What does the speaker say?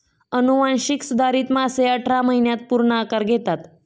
अनुवांशिक सुधारित मासे अठरा महिन्यांत पूर्ण आकार घेतात